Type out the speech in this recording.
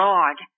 Lord